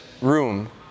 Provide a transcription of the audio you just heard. room